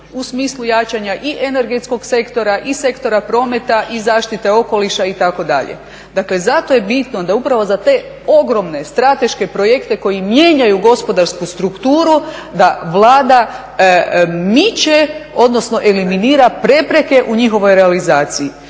u smislu jačanja i energetskog sektora i sektora prometa i zaštite okoliša itd. Dakle zato je bitno da upravo za te ogromne strateške projekte koji mijenjaju gospodarsku strukturu da Vlada miče odnosno eliminira prepreke u njihovoj realizaciji.